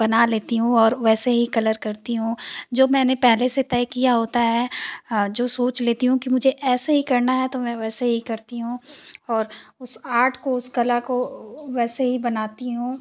बना लेती हूँ और वैसे ही कलर करती हूँ जब मैंने पहले से तय किया होता है जो सोच लेती हूँ कि मुझे ऐसे ही करना है तो मैं वैसे ही करती हूँ और उस आर्ट को उस कला को वैसे ही बनाती हूँ